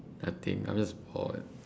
I think I'm just bored